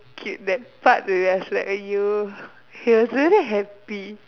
cute that part I was like !aiyo! he was really happy